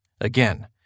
Again